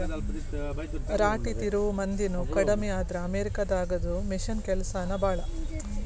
ರಾಟಿ ತಿರುವು ಮಂದಿನು ಕಡಮಿ ಆದ್ರ ಅಮೇರಿಕಾ ದಾಗದು ಮಿಷನ್ ಕೆಲಸಾನ ಭಾಳ